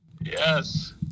Yes